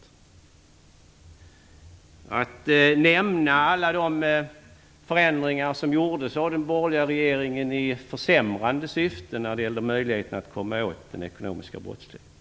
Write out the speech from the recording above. Jag kan nämna alla de förändringar som gjordes av den borgerliga regeringen i försämrande syfte när det gäller möjligheten att komma åt den ekonomiska brottsligheten.